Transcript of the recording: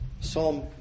Psalm